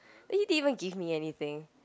then he didn't even give me anything